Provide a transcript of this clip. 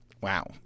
Wow